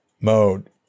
mode